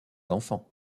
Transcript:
enfants